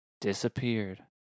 disappeared